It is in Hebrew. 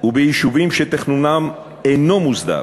וביישובים שתכנונם אינו מוסדר.